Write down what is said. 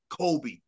Kobe